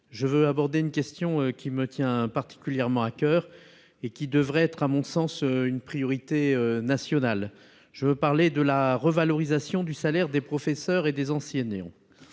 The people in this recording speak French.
j'aborderai une question qui me tient particulièrement à coeur et qui devrait être, à mon sens, une priorité nationale : la revalorisation du salaire des professeurs et des enseignants.